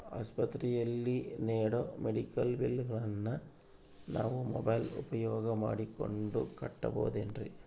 ಆಸ್ಪತ್ರೆಯಲ್ಲಿ ನೇಡೋ ಮೆಡಿಕಲ್ ಬಿಲ್ಲುಗಳನ್ನು ನಾವು ಮೋಬ್ಯೆಲ್ ಉಪಯೋಗ ಮಾಡಿಕೊಂಡು ಕಟ್ಟಬಹುದೇನ್ರಿ?